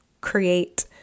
create